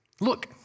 Look